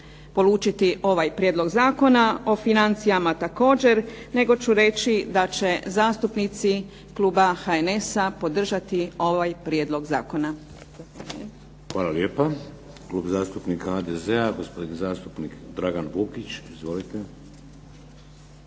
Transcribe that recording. polučiti ovaj Prijedlog zakona, o financijama također nego ću reći da će zastupnici Kluba HNS-a podržati ovaj Prijedlog zakona. **Šeks, Vladimir (HDZ)** Hvala lijepa. Klub zastupnika HDZ-a gospodin zastupnik Dragan Vukić. Izvolite.